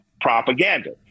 propaganda